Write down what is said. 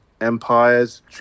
empires